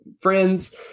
friends